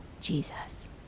Jesus